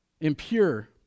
Impure